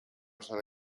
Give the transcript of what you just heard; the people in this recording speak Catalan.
serà